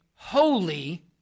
holy